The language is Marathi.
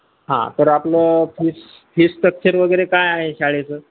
हां तर आपलं फीस फी स्ट्रक्चर वगैरे काय आहे शाळेचं